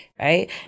right